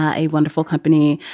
a wonderful company,